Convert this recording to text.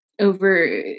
over